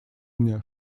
мне